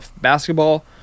basketball